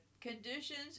conditions